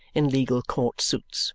in legal court suits.